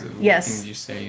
Yes